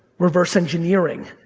reverse engineering,